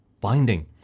binding